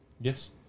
yes